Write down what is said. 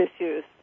issues